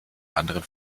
anderen